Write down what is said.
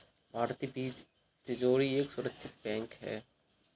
भारतीय बीज तिजोरी एक सुरक्षित बीज बैंक है